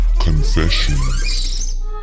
Confessions